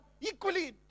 equally